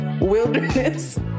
wilderness